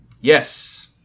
yes